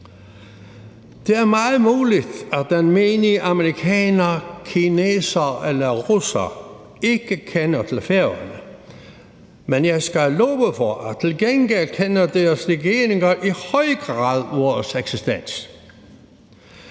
Det er meget muligt, at den menige amerikaner, kineser eller russer ikke kender til Færøerne, men jeg skal love for, at deres regeringer til gengæld i høj grad kender til vores eksistens.